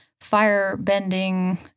firebending